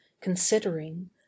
Considering